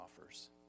offers